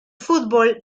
fútbol